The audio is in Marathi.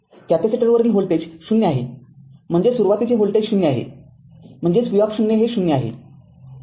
कॅपेसिटरवरील व्होल्टेज ० आहे म्हणजे सुरुवातीचे व्होल्टेज ०आहे म्हणजे V हे ० आहे